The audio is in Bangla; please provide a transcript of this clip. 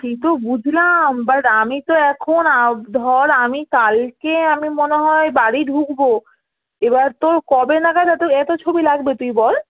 সে তো বুঝলাম বাট আমি তো এখন ধর আমি কালকে আমি মনে হয় বাড়ি ঢুকব এবার তোর কবে নাগাদ এত এত ছবি লাগবে তুই বল